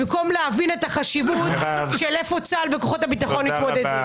במקום להבין את החשיבות איפה צה"ל וכוחות הביטחון מתמודדים.